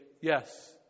yes